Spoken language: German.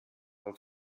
auf